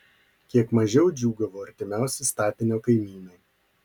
kiek mažiau džiūgavo artimiausi statinio kaimynai